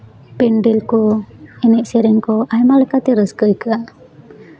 ᱯᱮᱱᱰᱮᱞ ᱠᱚ ᱮᱱᱮᱡ ᱥᱮᱨᱮᱧ ᱠᱚ ᱟᱭᱢᱟ ᱞᱮᱠᱟᱛᱮ ᱨᱟᱹᱥᱠᱟᱹ ᱟᱹᱭᱠᱟᱹᱜᱼᱟ